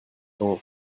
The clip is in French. grand